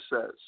says